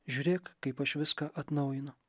žiūrėk kaip aš viską atnaujinau